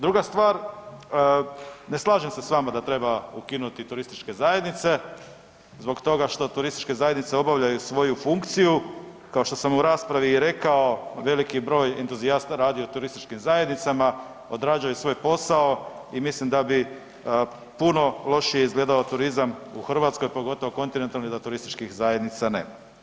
Druga stvar, ne slažem se s vama da treba ukinuti turističke zajednice zbog toga što turističke zajednice obavljaju svoju funkciju kao što sam u raspravi i rekao, veliki broj entuzijasta radi u turističkim zajednicama, odrađuje svoj posao i mislim da bi puno lošije izgledao turizam u Hrvatskoj, pogotovo kontinentalni da turističkih zajednica nema.